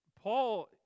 Paul